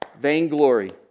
vainglory